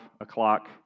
o'clock